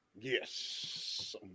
Yes